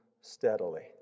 steadily